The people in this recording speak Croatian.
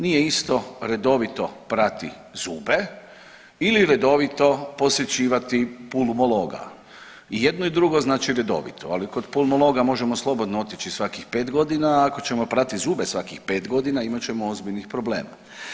Nije isto redovito prati zube ili redovito posjećivati pulmologa i jedno i drugo znači redovito, ali kod pulmologa možemo slobodno otići svakih pet godina, a ako ćemo prati zube svakih pet godina imat ćemo ozbiljnih problema.